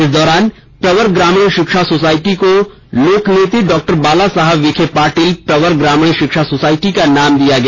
इस दौरान प्रवर ग्रामीण शिक्षा सोसाइटी को लोकनेत डॉक्टर बालासाहेब विखे पाटिल प्रवर ग्रामीण शिक्षा सोसाइटी का नाम दिया गया